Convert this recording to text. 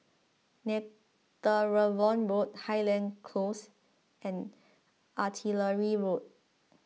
Netheravon Road Highland Close and Artillery Road